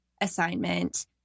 assignment